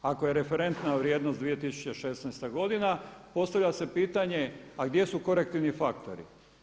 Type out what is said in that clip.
Ako je referentna vrijednost 2016. godina, postavlja se pitanje, a gdje su korektivni faktori?